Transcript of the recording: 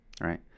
Right